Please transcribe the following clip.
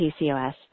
PCOS